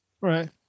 Right